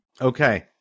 Okay